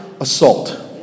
assault